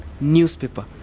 newspaper